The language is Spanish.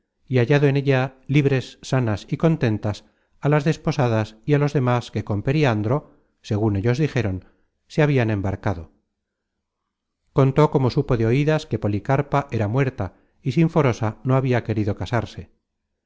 y hallado en ella libres sanas y contentas á las desposadas y á los demas que con periandro segun ellos dijeron se habian embarcado contó como supo de oidas que policarpa era muerta y sinforosa no habia querido casarse